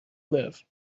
live